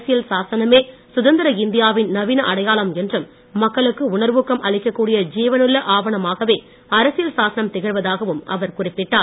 அரசியல் சாசனமே சுதந்திர இந்தியா வின் நவீன அடையாளம் என்றும் மக்களுக்கு உணர்வூக்கம் அளிக்கக்கூடிய ஜீவனுள்ள ஆவணமாகவே அரசியலன் சாசனம் திகழ்வதாகவும் அவர் குறிப்பிட்டார்